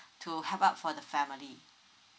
to help out for the family